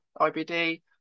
IBD